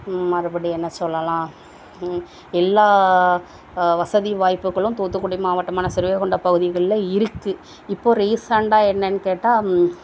மறுபடி என்ன சொல்லலாம் எல்லா வசதி வாய்ப்புகளும் தூத்துக்குடி மாவட்டமான ஸ்ரீவைகுண்டம் பகுதியிகளில் இருக்கு இப்போது ரீசெண்டாக என்னன்னு கேட்டால்